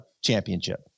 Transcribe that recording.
championship